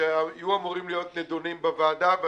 שהיו אמורים להיות נידונים בוועדה.